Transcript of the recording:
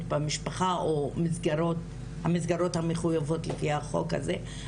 במשפחה או המסגרות המחויבות לפי החוק הזה,